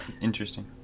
interesting